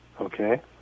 okay